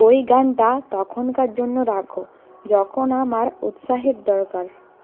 ওই গানটা তখনকার জন্য রাকো যখন আমার উৎসাহের দরকার